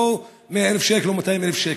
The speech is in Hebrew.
לא 100,000 שקל או 200,000 שקל.